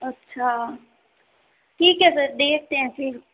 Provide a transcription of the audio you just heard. अच्छा ठीक ही सर देखते हैं फिर